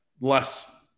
less